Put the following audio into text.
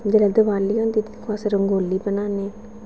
जिल्लै दिवाली होंदी तां अस रंगोली बनाने आं